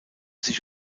sich